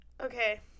Okay